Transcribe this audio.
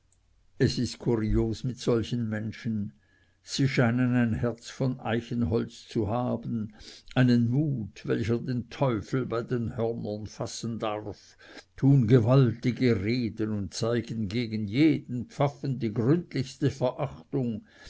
es ist kurios mit solchen menschen sie scheinen ein herz von eichenholz zu haben einen mut welcher den teufel bei den hörnern fassen darf tun gewaltige reden und zeigen gegen jeden pfaffen die gründlichste verachtung